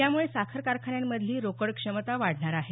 यामुळे साखर कारखान्यांमधली रोकड क्षमता वाढणार आहे